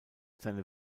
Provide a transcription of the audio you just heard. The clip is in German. seine